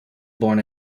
born